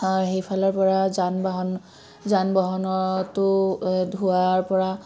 সেইফালৰ পৰা যান বাহন যান বাহনতো ধোঁৱাৰ পৰা